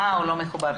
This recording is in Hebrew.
אה, הוא לא מחובר.